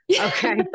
okay